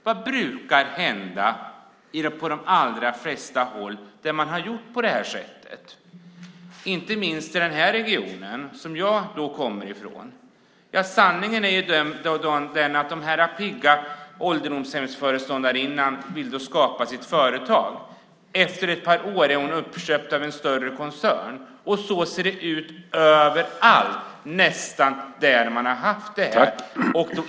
Vad brukar hända på de allra flesta håll där man har gjort så, inte minst i den här regionen som jag kommer från? Sanningen är att den pigga ålderdomshemsföreståndarinnan vill skapa sitt företag. Efter ett par år är hon uppköpt av en större koncern. Så ser det ut nästan överallt där det har varit så.